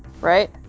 right